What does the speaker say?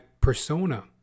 persona